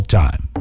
time